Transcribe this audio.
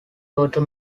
daughter